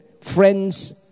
friends